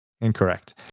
incorrect